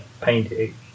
painting